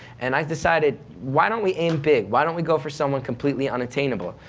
and i decided why don't we aim big, why don't we go for someone completely unattainable.